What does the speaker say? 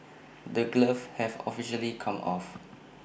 the gloves have officially come off